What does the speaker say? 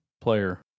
player